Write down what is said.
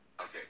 okay